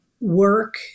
work